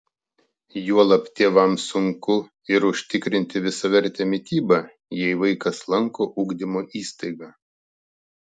juolab tėvams sunku ir užtikrinti visavertę mitybą jei vaikas lanko ugdymo įstaigą